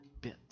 bit